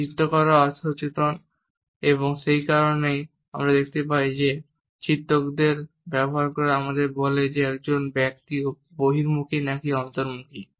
যে চিত্রকররা অচেতন এবং সেই কারণেই আমরা দেখতে পাই যে চিত্রকদের ব্যবহার আমাদের বলে যে একজন ব্যক্তি বহির্মুখী নাকি অন্তর্মুখী